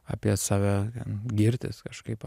apie save ten girtis kažkaip a